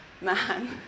man